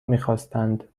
میخواستند